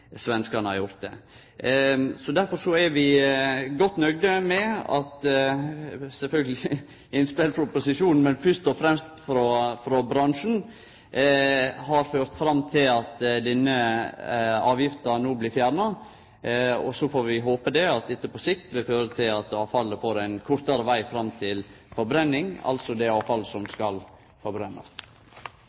svenskane har gjort det. Derfor er vi sjølvsagt godt nøgde med innspel frå opposisjonen, men fyrst og fremst med at innspel frå bransjen har ført fram til at denne avgifta no blir fjerna. Og så får vi håpe dette på sikt vil føre til at det avfallet som skal forbrennast, får ein kortare veg fram til forbrenning. Jeg vil si at det